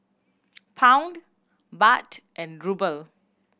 Pound Baht and Ruble